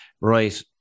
right